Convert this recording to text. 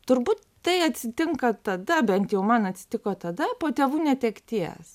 turbūt tai atsitinka tada bent jau man atsitiko tada po tėvų netekties